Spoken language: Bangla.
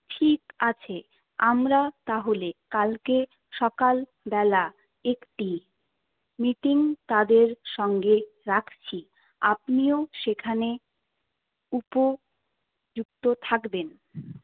ঠিক আছে আমরা তাহলে কালকে সকালবেলা একটি মিটিং তাদের সঙ্গে রাখছি আপনিও সেখানে উপযুক্ত থাকবেন